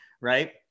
Right